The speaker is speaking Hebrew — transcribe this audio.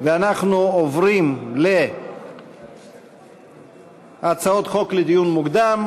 ואנחנו עוברים להצעות חוק לדיון מוקדם.